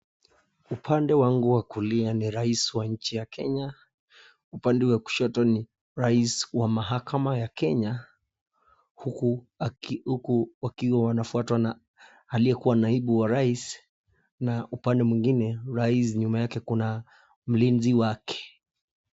Upande wangu wa kulia ni rais wa nchi ya kenya na upande wa kushoto ni rais wa mahakama ya kenya huku wakiwawanafuatwa na aliyekuwa naibu ya rais na upande mwingine rais nyuma yake kuna mlinzi wake.